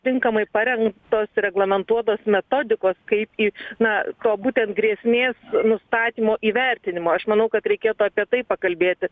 tinkamai parengtos reglamentuotos metodikos kaip į na to būtent grėsmės nustatymo įvertinimo aš manau kad reikėtų apie tai pakalbėti